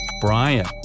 Brian